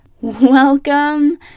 Welcome